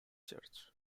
church